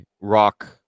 Rock